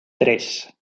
tres